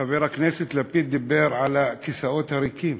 חבר הכנסת לפיד דיבר על הכיסאות הריקים.